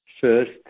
First